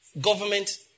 government